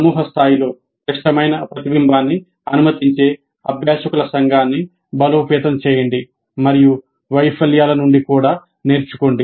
సమూహ స్థాయిలో క్లిష్టమైన ప్రతిబింబాన్ని అనుమతించే అభ్యాసకుల సంఘాన్ని బలోపేతం చేయండి మరియు వైఫల్యాల నుండి కూడా నేర్చుకోండి